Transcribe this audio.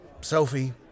Sophie